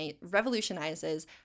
revolutionizes